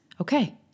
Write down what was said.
Okay